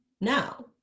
now